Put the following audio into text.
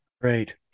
Great